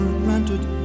granted